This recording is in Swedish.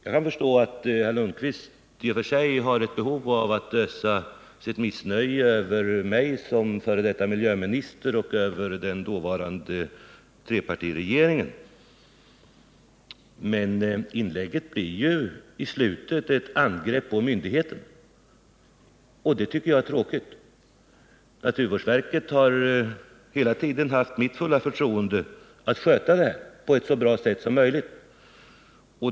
Jag kan förstå att herr Lundkvist i och för sig har ett behov av att ösa sitt missnöje över mig som f. d. miljöminister och över den dåvarande trepartiregeringen, men inlägget blir i slutet ett angrepp på myndigheten — och det tycker jag är tråkigt. Naturvårdsverket har hela tiden haft mitt fulla förtroende att sköta det här på ett så bra sätt som möjligt.